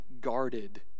guarded